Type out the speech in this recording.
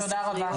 תודה רבה.